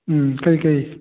ꯎꯝ ꯀꯩꯀꯩ